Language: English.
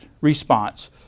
response